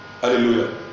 Hallelujah